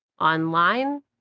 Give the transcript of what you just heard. online